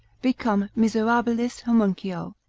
become miserabilis homuncio,